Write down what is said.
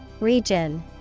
Region